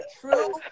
true